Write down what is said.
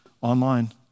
online